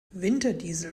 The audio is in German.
winterdiesel